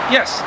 Yes